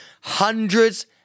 Hundreds